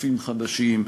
חופים חדשים,